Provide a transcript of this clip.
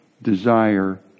Desire